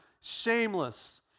shameless